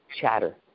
chatter